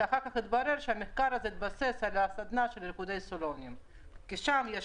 והתברר שהמחקר הזה התבסס על ריקודים סלוניים כי שם יש